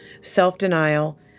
self-denial